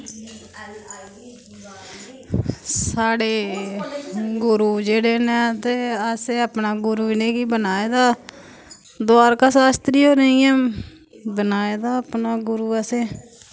साढ़े गुरु जेह्ड़े न ते असें अपना गुरु इ'नें गी बनाए दा द्वारका शास्त्री होरें गी बनाए दा अपना गुरू असें